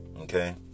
okay